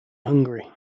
hungary